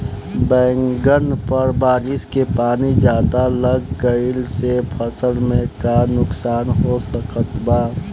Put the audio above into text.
बैंगन पर बारिश के पानी ज्यादा लग गईला से फसल में का नुकसान हो सकत बा?